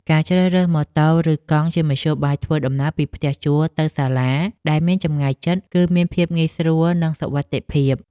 ការជ្រើសរើសម៉ូតូឬកង់ជាមធ្យោបាយធ្វើដំណើរពីផ្ទះជួលទៅសាលាដែលមានចម្ងាយជិត គឺមានភាពងាយស្រួលនិងសុវត្ថិភាព។